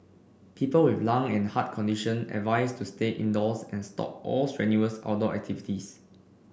people with lung and heart condition advised to stay indoors and stop all strenuous outdoor activities